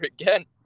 again